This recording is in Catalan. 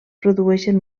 produeixen